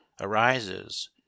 arises